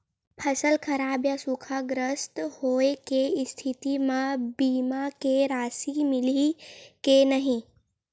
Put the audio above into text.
फसल खराब या सूखाग्रस्त होय के स्थिति म बीमा के राशि मिलही के नही?